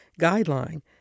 Guideline